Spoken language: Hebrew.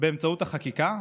באמצעות החקיקה.